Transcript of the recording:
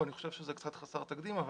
אני חושב שזה קצת חסר תקדים,